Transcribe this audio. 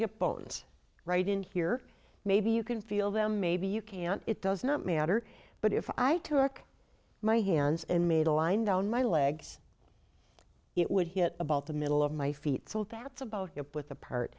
hip bones right in here maybe you can feel them maybe you can it does not matter but if i took my hands and made a line down my legs it would hit about the middle of my feet so that's about it but the part